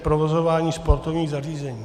N739 provozování sportovních zařízení.